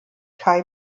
kai